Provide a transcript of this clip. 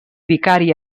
vicari